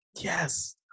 Yes